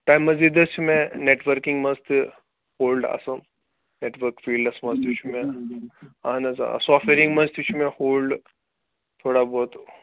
تَمۍ مٔزیٖد حظ چھِ مےٚ نٮ۪ٹؤرِکِنٛگ منٛز تہِ ہولڈٕ اصٕل نٮ۪ٹوٕرٕک فیٖلڈَس منٛز تہِ چھُ مےٚ اَہَن حظ آ سافٹٕویرِنٛگ منٛز تہِ چھُ مےٚ ہولڈٕ تھوڑا بہت